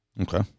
Okay